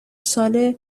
ساله